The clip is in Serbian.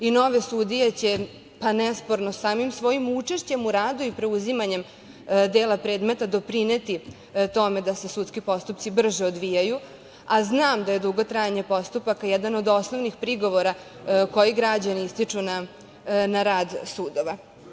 I nove sudije će, pa nesporno, samim svojim učešćem u radu i preuzimanjem dela predmeta, doprineti tome da se sudski postupci brže odvijaju, a znam da je dugo trajanje postupaka jedan od osnovnih prigovora koji građani ističu na rad sudova.